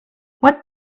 what